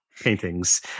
paintings